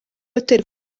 hotel